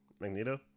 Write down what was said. Magneto